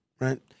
right